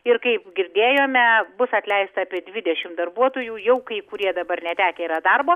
ir kaip girdėjome bus atleista apie dvidešim darbuotojų jau kai kurie dabar netekę yra darbo